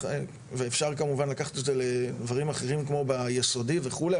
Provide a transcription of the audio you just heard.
ואפשר כמובן לקחת את זה לדברים אחרים כמו ביסודי וכולי,